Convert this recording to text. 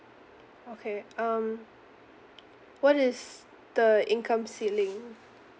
okay um what is the income ceiling